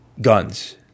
Guns